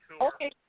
Okay